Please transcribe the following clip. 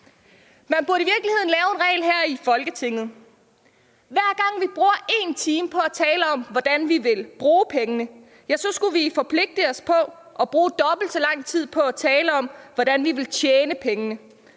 Man burde i virkeligheden lave en regel her i Folketinget: Hver gang vi bruger 1 time på at tale om, hvordan vi vil bruge pengene, ja, så skulle vi forpligte os til at bruge dobbelt så lang tid på at tale om, hvordan vi vil tjene pengene,